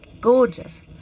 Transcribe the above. gorgeous